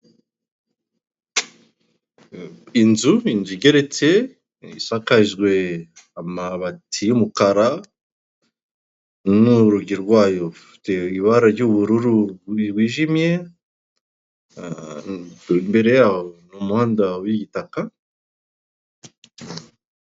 Inzu, inzu igeretse isakajwe amabati y'umukara noneho urugi rwayo rufite ibara ry'ubururu bwijimye imbere yaho ni umuhanda w'igitaka.